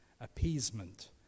appeasement